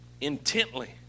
intently